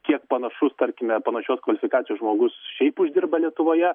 kiek panašus tarkime panašios kvalifikacijos žmogus šiaip uždirba lietuvoje